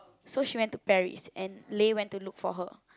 so she went to Paris and then Lei went to look for her